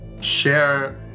share